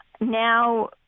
now